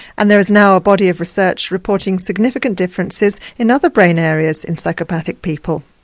and there is now a body of research reporting significant differences in other brain areas in psychopathic people.